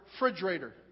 refrigerator